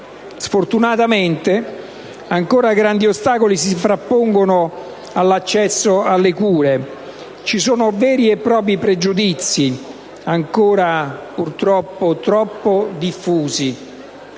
Sfortunatamente, ancora grandi ostacoli si frappongono all'accesso alle cure: ci sono veri e propri pregiudizi ancora troppo diffusi